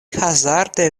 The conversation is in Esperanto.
hazarde